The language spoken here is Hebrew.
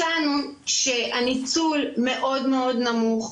מצאנו שהניצול מאוד מאוד נמוך,